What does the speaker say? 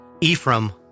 Ephraim